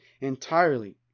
entirely